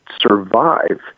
survive